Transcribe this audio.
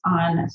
on